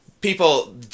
people